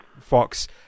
Fox